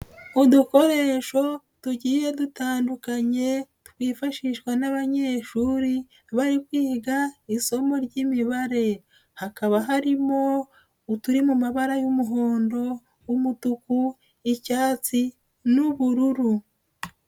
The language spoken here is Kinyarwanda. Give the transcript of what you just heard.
Udukoresho tugiye dutandukanye twifashishwa n'abanyeshuri bari kwiga isomo ry'imibare, hakaba harimo uturi mu mabara y'umuhondo, umutuku, icyatsi n'ubururu.